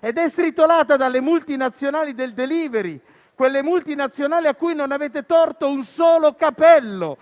è stritolata dalle multinazionali del *delivery*, quelle multinazionali a cui non avete torto un solo capello.